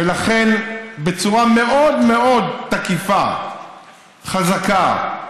ולכן, בצורה מאוד מאוד תקיפה, חזקה,